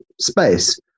space